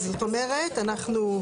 אז זאת אומרת אנחנו,